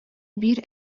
биир